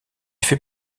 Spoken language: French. fait